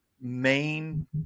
main